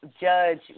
judge